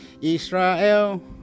Israel